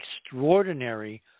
extraordinary